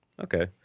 okay